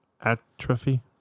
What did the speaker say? atrophy